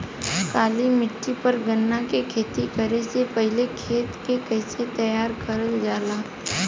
काली मिट्टी पर गन्ना के खेती करे से पहले खेत के कइसे तैयार करल जाला?